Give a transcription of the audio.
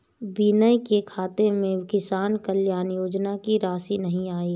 विनय के खाते में किसान कल्याण योजना की राशि नहीं आई है